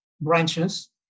branches